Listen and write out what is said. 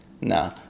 Nah